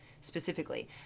specifically